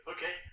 Okay